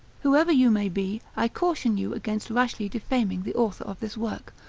whoever you may be, i caution you against rashly defaming the author of this work,